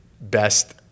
best